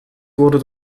wurde